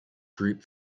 group